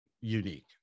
unique